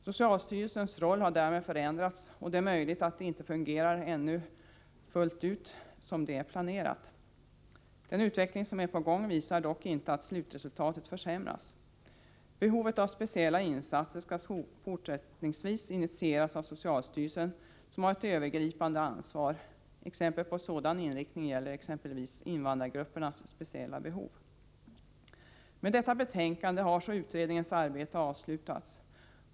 Socialstyrelsens roll har därmed förändrats, och det är möjligt att det inte ännu fullt ut fungerar som det är planerat. Den utveckling som är på gång visar dock inte att slutresultatet försämras. Åtgärder för att tillgodose behovet av speciella insatser skall fortsättningsvis initieras av socialstyrelsen, som skall ha ett övergripande ansvar. Exempel på åtgärder med sådan inriktning är insatser för att tillgodose invandrargruppernas speciella behov. Med detta betänkande har utredningens arbete avslutats.